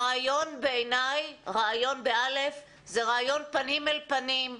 ראיון זה ראיון פנים אל פנים,